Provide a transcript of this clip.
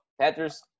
Panthers